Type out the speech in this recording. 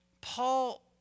Paul